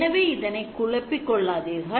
எனவே இதனை குழப்பிக் கொள்ளாதீர்கள்